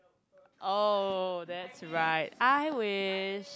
oh that's right I wish